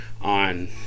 on